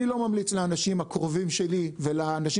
אני לא ממליץ לאנשים הקרובים שלי ולאנשים